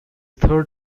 third